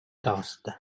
таҕыста